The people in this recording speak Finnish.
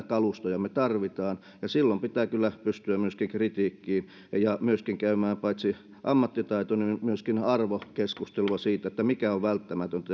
kalustoja me tarvitsemme ja silloin pitää kyllä pystyä myöskin kritiikkiin ja myöskin käymään paitsi ammattitaitokeskustelua myöskin arvokeskustelua siitä mikä on välttämätöntä